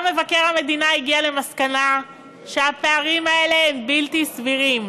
גם מבקר המדינה הגיע למסקנה שהפערים האלה הם בלתי סבירים,